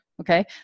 Okay